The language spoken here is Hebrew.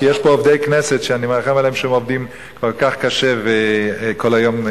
כי יש פה עובדי כנסת שאני מרחם עליהם שהם עובדים כל כך קשה וכל היום,